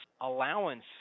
allowance